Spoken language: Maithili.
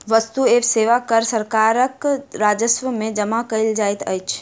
वस्तु एवं सेवा कर सरकारक राजस्व में जमा कयल जाइत अछि